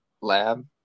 lab